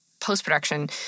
post-production